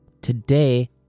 Today